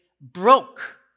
broke